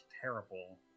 terrible